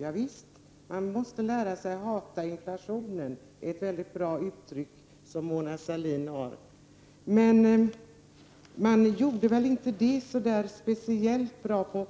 Ja visst, man måste lära sig att hata inflationen. Det är ett mycket bra uttryck som Mona Sahlin har. Men man gjorde väl inte det speciellt bra i